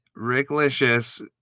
Ricklicious